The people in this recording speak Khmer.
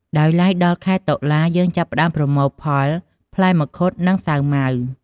ដោយឡែកដល់ខែតុលាយើងចាប់ផ្តើមប្រមូលផលផ្លែមង្ឃុត និង សាវម៉ាវ។